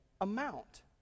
amount